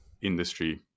industry